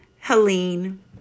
Helene